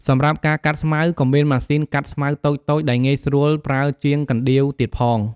សម្រាប់ការកាត់ស្មៅ ក៏មានម៉ាស៊ីនកាត់ស្មៅតូចៗដែលងាយស្រួលប្រើជាងកណ្ដៀវទៀតផង។